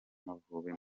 amavubi